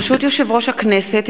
ברשות יושב-ראש הכנסת,